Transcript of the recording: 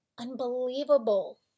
unbelievable